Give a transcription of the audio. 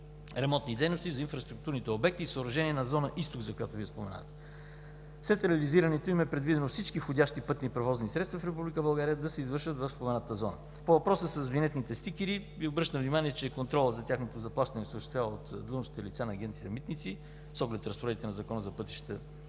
ремонтни дейности за инфраструктурните обекти и съоръжения на зона „Изток“, за която Вие споменавате. След реализирането им е предвидено всички входящи пътни превозни средства в Република България да се извършват в споменатата зона. По въпроса с винетните стикери Ви обръщам внимание, че контролът за тяхното заплащане се осъществява от длъжностните лица на Агенция „Митници“, с оглед разпоредбите на Закона за пътищата